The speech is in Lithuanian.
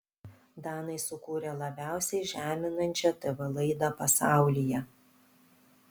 danai sukūrė labiausiai žeminančią tv laidą pasaulyje